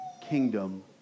kingdom